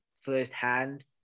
firsthand